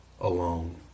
alone